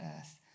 Earth